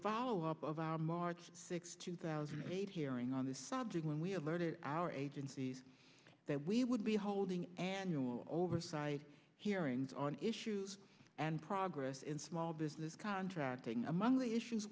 follow up of our march sixth two thousand and eight hearing on this bob when we alerted our agencies that we would be holding annual oversight hearings on issues and progress in small business contracting among the issues